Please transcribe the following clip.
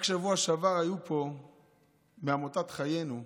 רק בשבוע שעבר היו פה מעמותת חיינו.